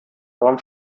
warum